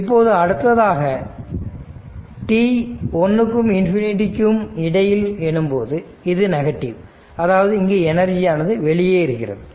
இப்போது அடுத்ததாக 1t∞ எனும்போது இது நெகட்டிவ் அதாவது இங்கு எனர்ஜியானது வெளியேறுகிறது